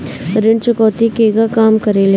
ऋण चुकौती केगा काम करेले?